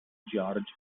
george